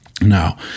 Now